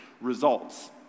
results